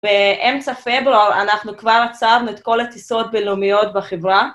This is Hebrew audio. באמצע פברואר אנחנו כבר עצרנו את כל הטיסות בינלאומיות בחברה.